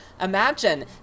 Imagine